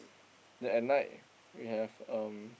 then at night we have um